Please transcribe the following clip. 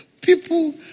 people